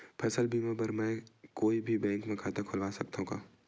फसल बीमा बर का मैं कोई भी बैंक म खाता खोलवा सकथन का?